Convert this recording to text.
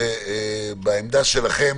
שבעמדה שלכם